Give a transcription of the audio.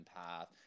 path